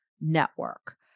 network